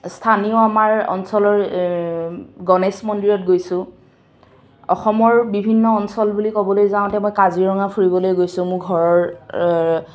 স্থানীয় আমাৰ অঞ্চলৰ গণেশ মন্দিৰত গৈছোঁ অসমৰ বিভিন্ন অঞ্চল বুলি ক'বলৈ যাওঁতে মই কাজিৰঙা ফুৰিবলৈ গৈছোঁ মোৰ ঘৰৰ